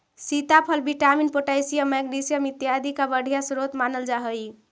सीताफल vitamin, potassium, magnesium इत्यादि का बढ़िया स्रोत मानल जा हई